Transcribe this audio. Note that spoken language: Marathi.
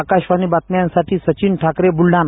आकाशवाणी बातम्यांसाठी सचिन ठाकरे बुलढाणा